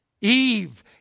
Eve